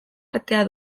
artea